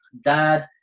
Dad